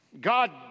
God